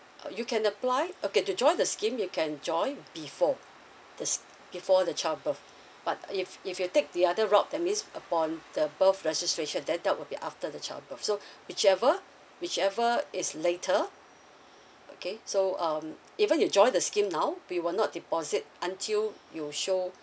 uh you can apply okay to join the scheme you can join before the s~ before the child birth but if if you take the other route that means upon the birth registration then that would be after the child birth so whichever whichever is later okay so um even you join the scheme now we will not deposit until you show